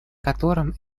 которым